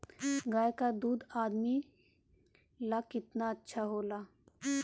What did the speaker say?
गाय का दूध आदमी ला कितना अच्छा होला?